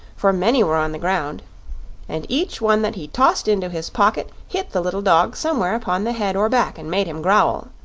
for many were on the ground and each one that he tossed into his pocket hit the little dog somewhere upon the head or back, and made him growl.